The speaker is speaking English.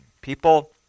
People